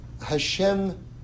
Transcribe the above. Hashem